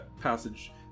passage